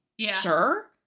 sir